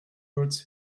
hurts